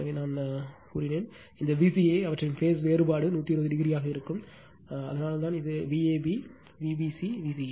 எனவே நான் இதேபோல் சொன்னேன் இந்த Vca அவற்றின் பேஸ் வேறுபாடு 120o ஆக இருக்கும் ஆனால் அதனால்தான் இது Vab இது Vbc இது V ca